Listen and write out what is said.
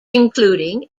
including